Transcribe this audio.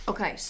Okay